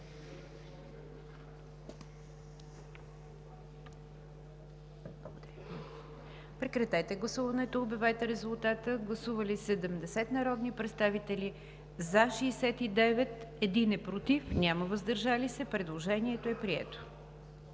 Прекратете гласуването и обявете резултата. Гласували 70 народни представители: за 70, против и въздържали се няма. Предложението е прието.